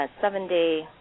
seven-day